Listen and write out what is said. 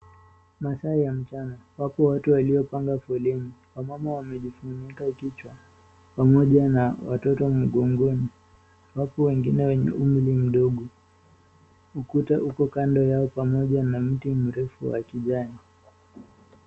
Masaa ya mchana, wapo watu waliopanga foleni, wamama wamejifunika kichwa pamoja na watoto mgongoni, watu wengine wenye umri mdogo, ukuta uko kando yao pamoja na mti mrefu wa kijani.